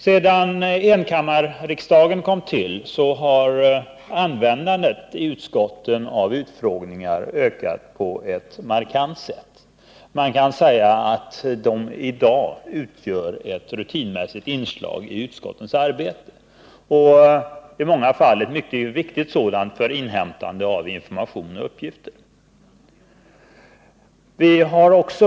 Sedan enkammarriksdagen kom till stånd har användandet av utskottsutfrågningar ökat på ett markant sätt. Man kan säga att de i dag utgör ett rutinmässigt inslag i utskottens arbete och att de i många fall är mycket viktiga sådana inslag för inhämtande av information och uppgifter.